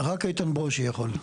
רק איתן ברושי יכול.